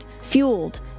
fueled